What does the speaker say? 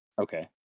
Okay